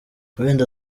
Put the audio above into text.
wenda